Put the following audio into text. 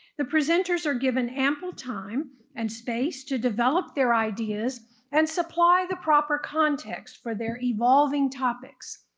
the presenters are given ample time and space to develop their ideas and supply the proper context for their evolving topics.